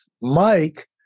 Mike